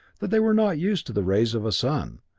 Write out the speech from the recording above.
that they were not used to the rays of a sun,